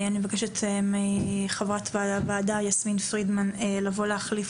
אני מבקשת מחברת הוועדה יסמין פרידמן להחליף